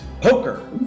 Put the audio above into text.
poker